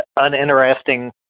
Uninteresting